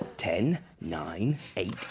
ten, nine, eight.